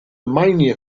mania